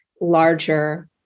larger